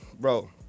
Bro